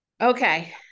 Okay